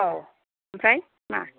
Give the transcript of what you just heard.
औ ओमफ्राय मा